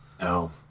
No